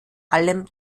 allem